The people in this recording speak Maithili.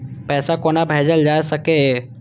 पैसा कोना भैजल जाय सके ये